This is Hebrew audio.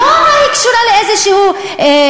היא לא אמרה שהיא קשורה לאיזשהו פיגוע,